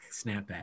Snapback